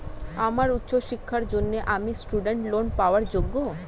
আমার উচ্চ শিক্ষার জন্য কি আমি স্টুডেন্ট লোন পাওয়ার যোগ্য?